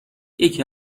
یکی